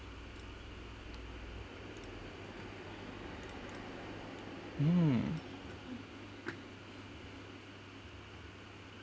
mm